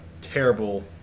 terrible